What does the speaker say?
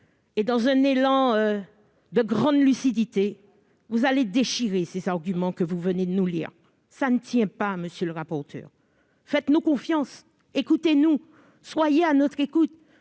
et, dans un élan de grande lucidité, vous déchirerez les arguments que vous venez de nous lire, vous verrez. Cela ne tient pas, monsieur le rapporteur général ! Faites-nous confiance, écoutez-nous, soyez à notre écoute